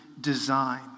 design